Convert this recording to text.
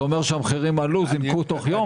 זה אומר שהמחירים עלו תוך יום?